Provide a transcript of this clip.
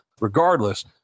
regardless